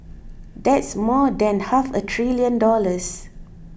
that's more than half a trillion dollars